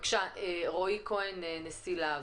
רועי כהן נשיא לה"ב.